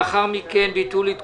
הטבות מס